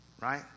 Right